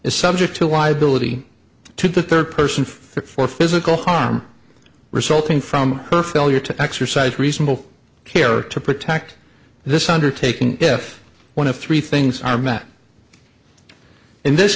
is subject to why ability to the third person fear for physical harm resulting from her failure to exercise reasonable care to protect this undertaking if one of three things are met in this